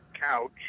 couch